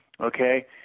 okay